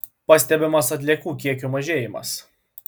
pastebimas atliekų kiekių mažėjimas